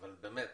זה באמת